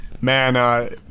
Man